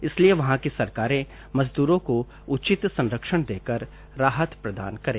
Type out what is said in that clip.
इसलिए वहां की सरकारे मजदूरों को उचित संरक्षण देकर राहत प्रदान करें